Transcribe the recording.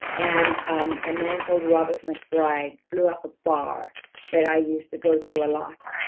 and um a man called robert mcbride blew up a bar that i used to go to a lot.